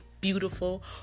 beautiful